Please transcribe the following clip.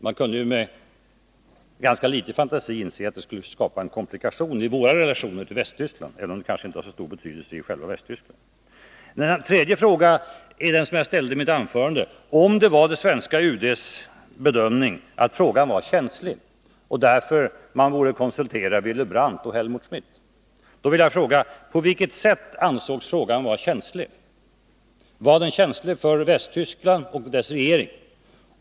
Man kunde ju med ganska litet fantasi inse att detta skulle skapa en komplikation i våra relationer till Västtyskland, även om det kanske inte har så stor betydelse i själva Västtyskland. Den tredje frågan är den som jag ställde i mitt huvudanförande. Om det var svenska UD:s bedömning att frågan var känslig och att man därför borde konsultera Willy Brandt och Helmut Schmidt, vill jag fråga: På vilket sätt ansågs frågan vara känslig? Var den känslig för Västtyskland och dess regering?